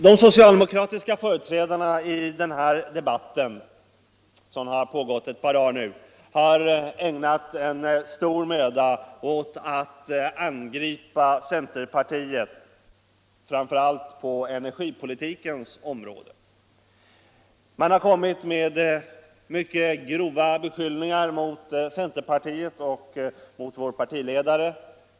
De socialdemokratiska företrädarna i den här debatten, som har pågått eu par dagar nu, har ägnat stor möda åt att angripa centerpartiet, framför allt på energipolitikens område. Man har riktat mycket grova beskyllningar mMot centerpartiet och mot vår partiledare.